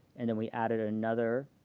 and then we added another